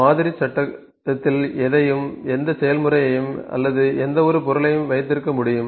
மாதிரி சட்டகத்தில் எதையும் எந்த செயல்முறையையும் அல்லது எந்தவொரு பொருளையும் வைத்திருக்க முடியும்